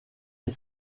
est